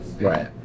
Right